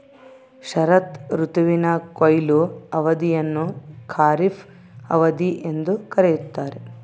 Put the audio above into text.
ಶರತ್ ಋತುವಿನ ಕೊಯ್ಲು ಅವಧಿಯನ್ನು ಖಾರಿಫ್ ಅವಧಿ ಎಂದು ಕರೆಯುತ್ತಾರೆ